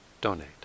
donate